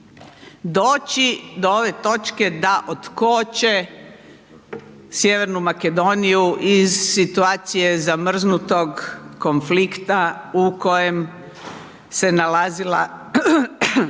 doći do ove točke da otkoče Sj. Makedoniju iz situacije zamrznutog konflikta u kojem se nalazila